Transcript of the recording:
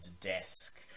desk